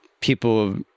people